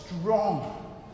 strong